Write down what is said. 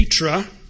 Petra